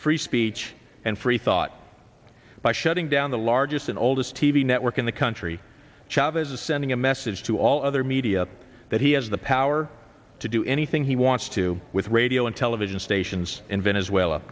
free speech and free thought by shutting down the largest and oldest t v network in the country chavez is sending a message to all other media that he has the power to do anything he wants to with radio and television stations in venezuela